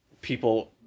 people